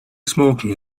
smoking